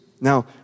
Now